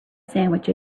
sandwich